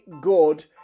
good